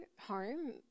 home